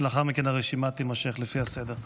ולאחר מכן הרשימה תימשך לפי הסדר.